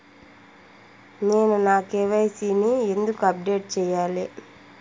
నేను నా కె.వై.సి ని ఎందుకు అప్డేట్ చెయ్యాలి?